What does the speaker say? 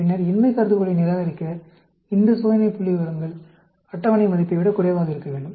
பின்னர் இன்மை கருதுகோளை நிராகரிக்க இந்த சோதனை புள்ளிவிவரங்கள் அட்டவணை மதிப்பை விட குறைவாக இருக்க வேண்டும்